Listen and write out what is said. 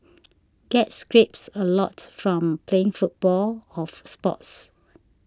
get scrapes a lot from playing football of sports